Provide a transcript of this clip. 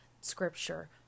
scripture